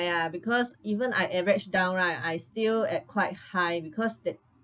ya because even I average down right I still at quite high because that